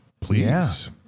Please